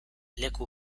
leku